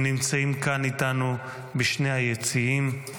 הם נמצאים כאן איתנו בשני היציעים.